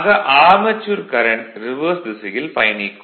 ஆக armature current reverse திசையில் பயனிக்கும்